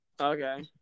Okay